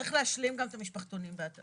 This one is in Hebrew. צריך להשלים גם את המשפחתונים בהתאמה.